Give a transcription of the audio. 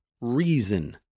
reason